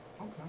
Okay